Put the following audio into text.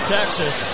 Texas